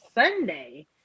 Sunday